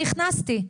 אני הכנסתי.